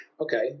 Okay